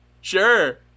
Sure